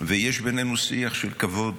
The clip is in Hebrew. ויש בינינו שיח של כבוד.